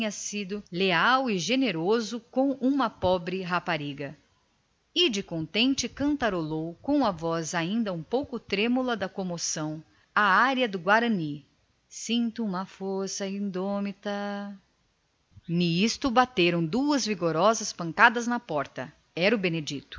sido leal e generoso com uma pobre rapariga que o amava e de contente cantarolou com a voz ainda um pouco trêmula sento una forza indomita mas bateram duas pancadas na porta era o benedito